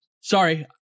sorry